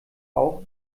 auch